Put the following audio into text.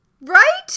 Right